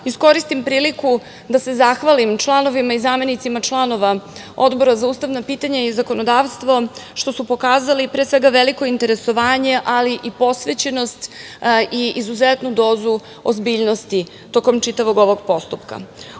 iskoristim priliku da se zahvalim članovima i zamenicima članova Odbora za ustavna pitanja i zakonodavstvo što su pokazali pre svega veliko interesovanje, ali i posvećenost i izuzetnu dozu ozbiljnosti tokom čitavog ovog postupka. Odbor